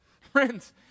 Friends